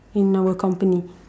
in our company